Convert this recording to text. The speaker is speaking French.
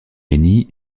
lenny